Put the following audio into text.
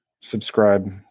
subscribe